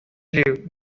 live